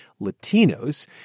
Latinos